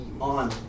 on